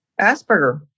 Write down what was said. Asperger